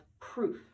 proof